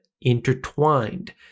intertwined